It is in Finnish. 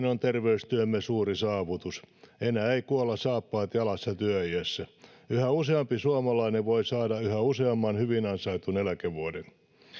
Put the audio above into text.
on terveystyömme suuri saavutus enää ei kuolla saappaat jalassa työiässä yhä useampi suomalainen voi saada yhä useamman hyvin ansaitun eläkevuoden